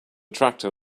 tractor